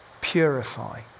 Purify